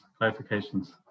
clarifications